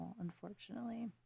unfortunately